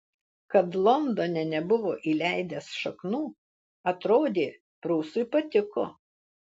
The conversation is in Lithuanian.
kad londone nebuvo įleidęs šaknų atrodė prūsui patiko